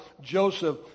Joseph